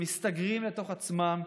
הם מסתגרים לתוך עצמם,